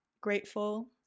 grateful